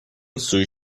سویت